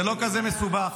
זה לא כזה מסובך.